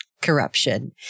corruption